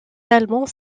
talmont